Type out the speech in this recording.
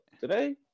today